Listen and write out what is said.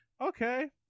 okay